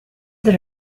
that